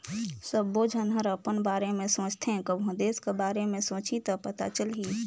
सबो झन हर अपन बारे में सोचथें कभों देस के बारे मे सोंचहि त पता चलही